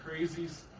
crazies